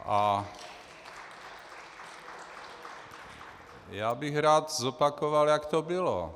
A já bych rád zopakoval, jak to bylo.